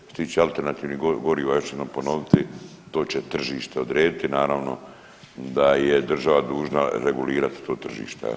Što se tiče alternativnih goriva još ću jednom ponoviti, to će tržište odrediti, naravno da je država dužna regulirati to tržište.